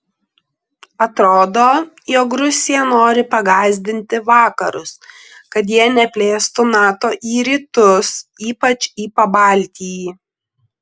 atrodo jog rusija nori pagąsdinti vakarus kad jie neplėstų nato į rytus ypač į pabaltijį